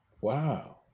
wow